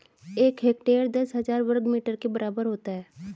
एक हेक्टेयर दस हजार वर्ग मीटर के बराबर होता है